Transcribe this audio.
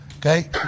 Okay